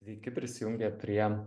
sveiki prisijungę prie